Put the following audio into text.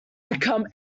become